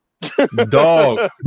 Dog